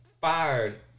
fired